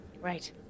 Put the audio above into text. Right